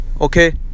Okay